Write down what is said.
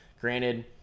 Granted